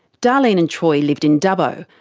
darlene and troy lived in dubbo,